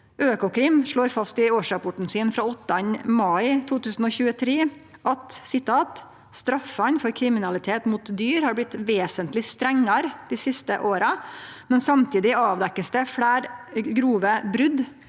Økokrim slår fast i årsrapporten sin frå 8. mai 2023: «Straffene for kriminalitet mot dyr har blitt vesentlig strengere de siste årene, men samtidig avdekkes det flere grove brudd